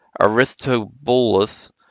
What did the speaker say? Aristobulus